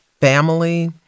family